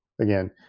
again